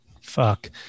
Fuck